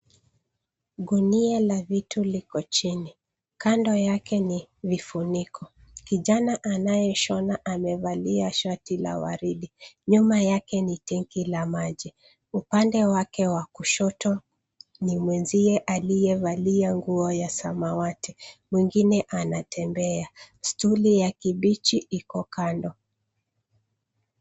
Gunia la vitu liko chini, kando yake ni vifuniko. Kijana anayeshona amevalia shati la waridi. Nyuma yake ni tangi la maji. Upande wake wa kushoto ni mwenzie aliyevalia nguo ya samawati, mwingine anatembea. Stuli ya kibichi iko kando.